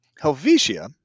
Helvetia